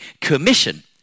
Commission